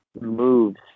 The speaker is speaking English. moves